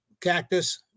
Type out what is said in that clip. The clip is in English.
cactus